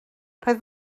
roedd